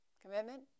Commitment